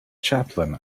chaplain